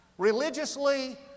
Religiously